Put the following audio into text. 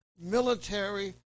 military